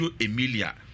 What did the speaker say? Emilia